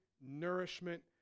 nourishment